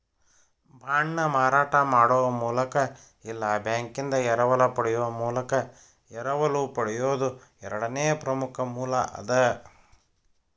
ಬಾಂಡ್ನ ಮಾರಾಟ ಮಾಡೊ ಮೂಲಕ ಇಲ್ಲಾ ಬ್ಯಾಂಕಿಂದಾ ಎರವಲ ಪಡೆಯೊ ಮೂಲಕ ಎರವಲು ಪಡೆಯೊದು ಎರಡನೇ ಪ್ರಮುಖ ಮೂಲ ಅದ